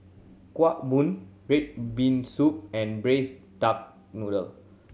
Kueh Bom red bean soup and Braised Duck Noodle